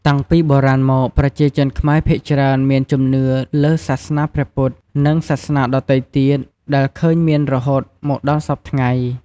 តាំងពីបុរាណមកប្រជាជនខ្មែរភាគច្រើនមានជំនឿលើសាសនាព្រះពុទ្ធនិងសាសនាដទៃទៀត ដែលឃើញមានរហូតមកដល់សព្វថ្ងៃ។